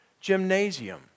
Gymnasium